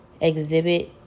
exhibit